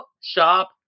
shop